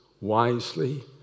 wisely